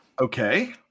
Okay